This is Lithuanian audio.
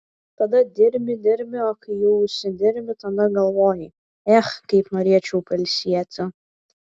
tada dirbi dirbi o kai jau užsidirbi tada galvoji ech kaip norėčiau pailsėti